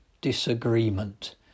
disagreement